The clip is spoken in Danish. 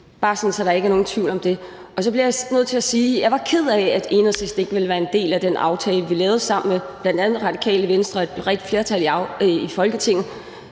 bare så der ikke er nogen tvivl om det. Så bliver jeg nødt til at sige, at jeg var ked af, at Enhedslisten ikke ville være en del af den aftale, vi lavede sammen med bl.a. Radikale Venstre og et bredt flertal i Folketinget,